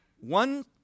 one